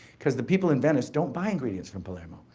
cause the people in venice don't buy ingredients from palermo.